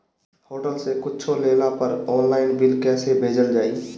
Hotel से कुच्छो लेला पर आनलाइन बिल कैसे भेजल जाइ?